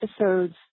episodes